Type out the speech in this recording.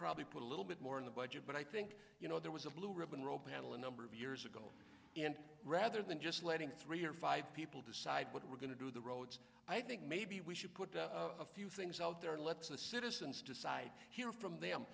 probably put a little bit more in the budget but i think you know there was a blue ribbon row battle a number of years ago and rather than just letting three or five people decide what we're going to do the roads i think maybe we should put a few things out there let's the citizens decide hear from them